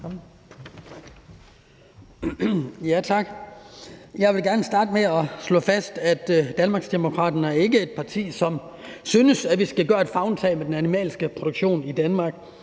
Jeg vil gerne starte med at slå fast, at Danmarksdemokraterne ikke er et parti, som synes, at vi skal gøre et favntag med den animalske produktion i Danmark.